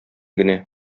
генә